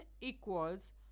equals